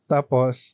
Tapos